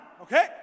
Okay